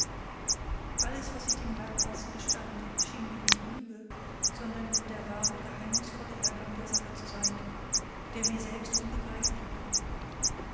alles was ich dem leibarzt gestand schien mir nicht lüge sondern der wahre geheimnisvolle hergang der sache zu sein der mir selbst unbegreiflich blieb